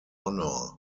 honor